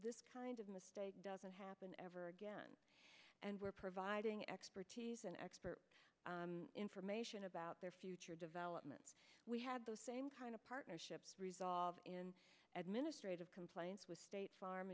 this kind of mistake doesn't happen ever again and we're providing expertise and expert information about their future development we have those same kind of partnerships resolved in administrative compliance with state farm